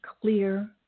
clear